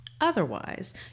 Otherwise